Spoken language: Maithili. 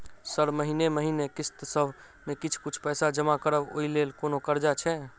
सर महीने महीने किस्तसभ मे किछ कुछ पैसा जमा करब ओई लेल कोनो कर्जा छैय?